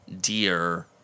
dear